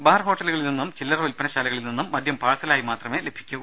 ബാർഹോട്ടലുകളിൽ നിന്നും ചില്ലറവിൽപനശാലകളിൽനിന്നും മദ്യം പാഴ്സൽ ആയി മാത്രമേ ലഭിക്കൂ